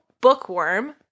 bookworm